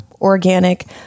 organic